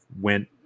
went